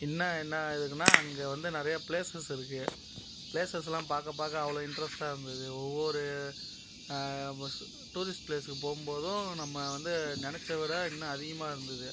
இன்ன என்ன இருக்குனா அங்கே வந்து நிறையே ப்ளேஸஸ் இருக்கு ப்ளேஸஸ்லாம் பார்க்க பார்க்க அவ்வளோ இண்ட்ரெஸ்ட்டாக இருந்தது ஒவ்வொரு ம சு டூரிஸ்ட் ப்ளேஸ்க்கு போம்போதும் நம்ம வந்து நினச்ச விட இன்னும் அதிகமாக இருந்தது